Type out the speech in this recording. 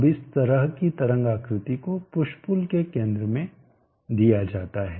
अब इस तरह की तरंग आकृति को पुश पुल के केंद्र में दिया जाता है